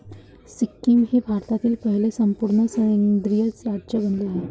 सिक्कीम हे भारतातील पहिले संपूर्ण सेंद्रिय राज्य बनले आहे